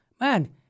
man